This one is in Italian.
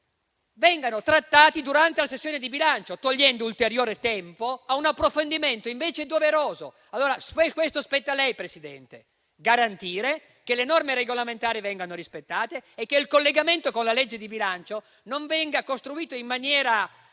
vengano trattati durante la sessione di bilancio, sottraendo ulteriore tempo a un approfondimento, invece, doveroso. Questo spetta a lei, signor Presidente: garantire che le norme regolamentari vengano rispettate e che il collegamento con la legge di bilancio non venga costruito in maniera,